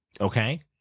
Okay